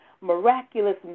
miraculous